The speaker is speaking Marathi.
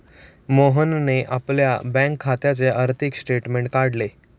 मोहनने आपल्या बँक खात्याचे आर्थिक स्टेटमेंट काढले